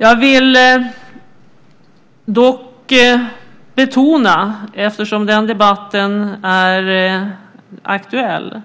Jag vill dock betona, eftersom debatten är aktuell,